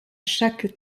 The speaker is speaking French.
chaque